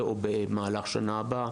או במהלך השנה הבאה.